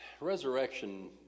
Resurrection